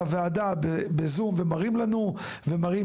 לוועדה ב- Zoom ומראים לנו והרבה פעמים הם מראים